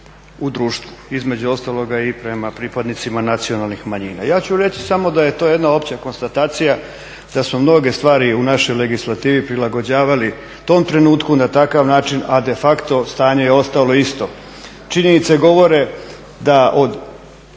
u društvu, između ostaloga i prema pripadnicima nacionalnih manjina. Ja ću reći samo da je to jedna opća konstatacija da smo mnoge stvari u našoj legislativi prilagođavali tom trenutku na takav način, a de facto stanje je ostalo isto. Činjenice govore da,